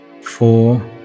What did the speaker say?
Four